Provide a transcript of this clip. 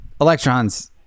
Electrons